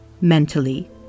mentally